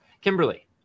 kimberly